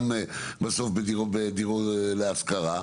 גם בסוף בדירות להשכרה,